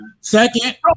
Second